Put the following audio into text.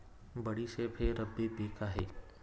बडीशेप हे रब्बी पिक आहे